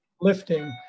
lifting